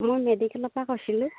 মই মেডিকেলৰপৰা কৈছিলোঁ